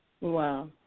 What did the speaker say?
Wow